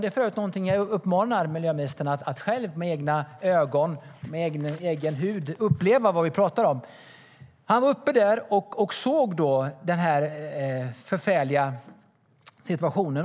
Det är för övrigt någonting jag uppmanar miljöministern att göra - att med egna ögon se vad vi pratar om och uppleva det in på bara huden. Kjell Larsson var där och såg den förfärliga situationen.